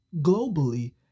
globally